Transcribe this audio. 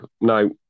No